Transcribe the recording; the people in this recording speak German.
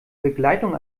begleitung